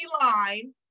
line